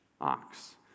ox